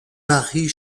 paris